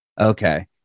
Okay